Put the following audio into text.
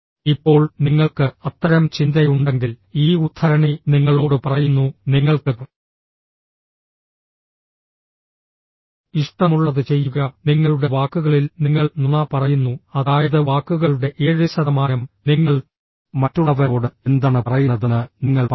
ഇപ്പോൾ നിങ്ങൾക്ക് അത്തരം ചിന്തയുണ്ടെങ്കിൽ ഈ ഉദ്ധരണി നിങ്ങളോട് പറയുന്നു നിങ്ങൾക്ക് ഇഷ്ടമുള്ളത് ചെയ്യുക നിങ്ങളുടെ വാക്കുകളിൽ നിങ്ങൾ നുണ പറയുന്നു അതായത് വാക്കുകളുടെ 7 ശതമാനം നിങ്ങൾ മറ്റുള്ളവരോട് എന്താണ് പറയുന്നതെന്ന് നിങ്ങൾ പറയുന്നു